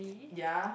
ya